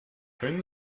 können